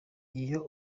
iyo